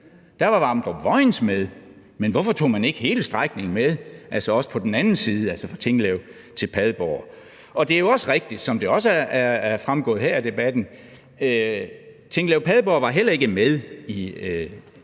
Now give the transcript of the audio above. Der var Vamdrup-Vojens med, men hvorfor tog man ikke hele strækningen med, altså også på den anden side, altså fra Tinglev til Padborg? Det er jo også rigtigt, som det også er fremgået her af debatten, at Tinglev-Padborg heller ikke var med